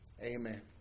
amen